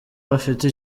bafite